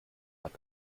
hat